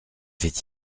fait